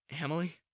Emily